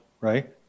right